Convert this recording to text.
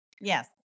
Yes